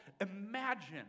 imagine